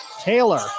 Taylor